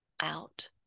out